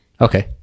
okay